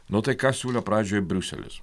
nu tai ką siūlė pradžioj briuselis